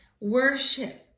worship